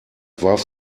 warf